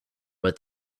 but